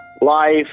life